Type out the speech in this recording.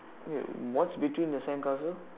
yes what's between the sandcastle